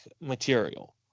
material